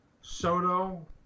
Soto